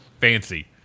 Fancy